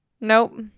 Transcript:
nope